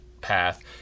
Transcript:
path